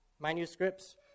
manuscripts